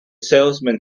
salesman